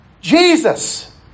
Jesus